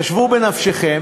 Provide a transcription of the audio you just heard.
חשבו בנפשכם,